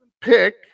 pick